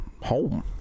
home